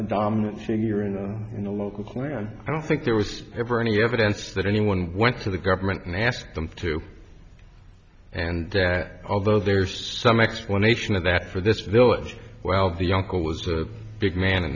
a dominant senior in the in the local clan i don't think there was ever any evidence that anyone went to the government and asked them to and that although there's some explanation of that for this village well the uncle was a big man in